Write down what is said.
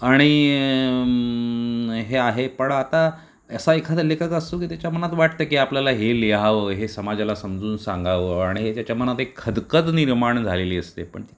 आणि हे आहे पण आता असा एखादा लेखक असतो की त्याच्या मनात वाटतं की आपल्याला हे लिहावं हे समाजाला समजून सांगावं आणि त्याच्या मनात एक खदखद निर्माण झालेली असते पण ती